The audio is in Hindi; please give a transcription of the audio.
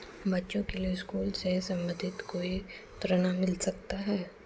बच्चों के लिए स्कूल से संबंधित कोई ऋण मिलता है क्या?